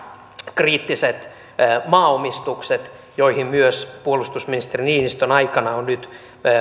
kriittiset maaomistukset joihin myös puolustusministeri niinistön aikana on nyt